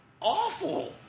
Awful